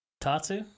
Tatsu